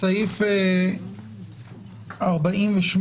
בסעיף 48